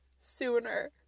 sooner